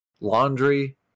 laundry